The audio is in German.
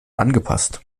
angepasst